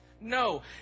No